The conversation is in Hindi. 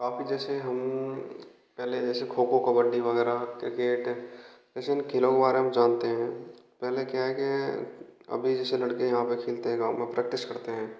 काफ़ी जैसे हम पहले जैसे खो खो कबड्डी वगैरह क्रिकेट जैसे हम खेलों के बारे में जानते है पहले क्या है कि अभी जैसे लड़के यहाँ खेलते हैं गाँव में प्रैक्टिस करते हैं